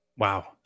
Wow